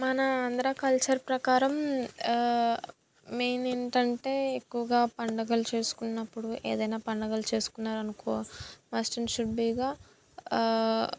మన ఆంధ్రా కల్చర్ ప్రకారం మేము ఏంటంటే ఎక్కువగా పండుగలు చేసుకున్నప్పుడు ఏదైనా పండగలు చేసుకున్నారనుకో మస్ట్ అండ్ షుడ్ బీగా